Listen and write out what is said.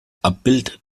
abbild